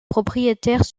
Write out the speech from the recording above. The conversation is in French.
propriétaires